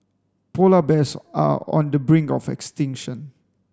polar bears are on the brink of extinction